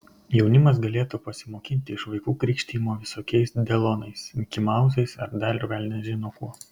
jaunimas galėtų pasimokinti iš vaikų krikštijimo visokiais delonais mikimauzais ar dar velnias žino kuo